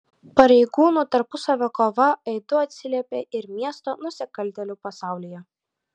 pareigūnų tarpusavio kova aidu atsiliepė ir miesto nusikaltėlių pasaulyje